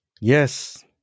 Yes